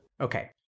Okay